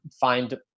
find